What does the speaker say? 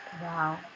Wow